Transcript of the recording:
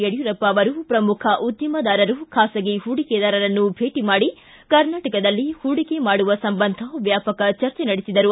ಯಡಿಯೂರಪ್ಪ ಅವರು ಪ್ರಮುಖ ಉದ್ದಮದಾರರು ಖಾಸಗಿ ಪೂಡಿಕೆದಾರರನ್ನು ಭೇಟಿ ಮಾಡಿ ಕರ್ನಾಟಕದಲ್ಲಿ ಪೂಡಿಕೆ ಮಾಡುವ ಸಂಬಂಧ ವ್ಯಾಪಕ ಚರ್ಚೆ ನಡೆಸಿದರು